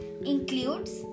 includes